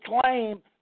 claim